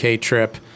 trip